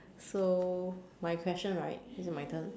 so my question right is it my turn